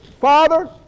Father